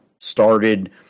Started